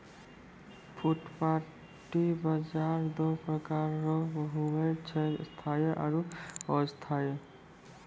फुटपाटी बाजार दो प्रकार रो हुवै छै स्थायी आरु अस्थायी